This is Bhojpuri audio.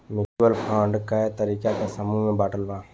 म्यूच्यूअल फंड कए तरीका के समूह में बाटल बा